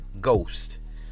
ghost